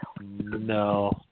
No